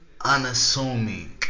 unassuming